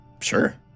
Sure